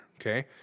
Okay